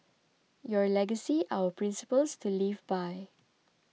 your legacy our principles to live by